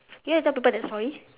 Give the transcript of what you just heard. you want to tell people that story